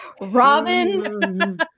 Robin